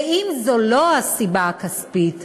ואם זו לא הסיבה הכספית,